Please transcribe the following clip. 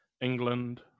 England